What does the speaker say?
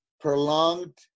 prolonged